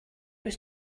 was